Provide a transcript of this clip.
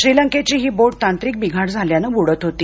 श्रीलंकेची ही बोट तांत्रिक बिघाड झाल्यामुळं ब्डत होती